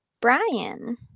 Brian